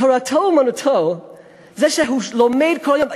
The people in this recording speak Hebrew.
תורתו אומנותו זה שהוא לומד כל היום.